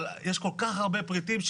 אבל יש כל כך הרבה פריטים,